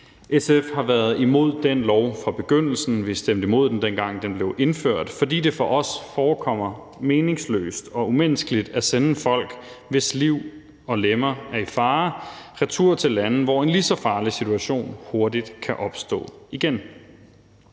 SF har været imod den lov fra begyndelsen. Vi stemte imod den, dengang den blev indført, fordi det for os forekommer meningsløst og umenneskeligt at sende folk, hvis liv og lemmer er i fare, retur til lande, hvor en lige så farlig situation hurtigt kan opstå igen.